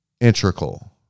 integral